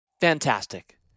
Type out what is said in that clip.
Fantastic